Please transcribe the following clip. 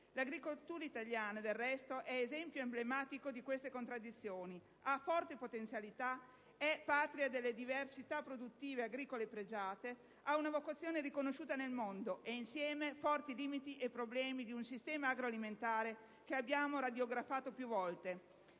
L'agricoltura italiana, del resto, è esempio emblematico di queste contraddizioni: ha forte potenzialità, è patria delle diversità produttive agricole pregiate, ha una vocazione riconosciuta nel mondo e, insieme, forti limiti e problemi propri di un sistema agroalimentare che abbiamo radiografato più volte